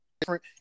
different